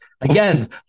Again